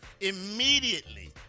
Immediately